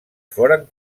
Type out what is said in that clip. foren